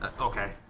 Okay